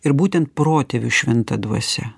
ir būtent protėvių šventa dvasia